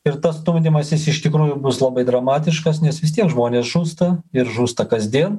ir tas stumdymasis iš tikrųjų bus labai dramatiškas nes vis tiek žmonės žūsta ir žūsta kasdien